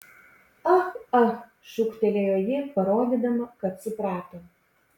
ah ah šūktelėjo ji parodydama kad suprato